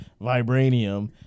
vibranium